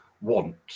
want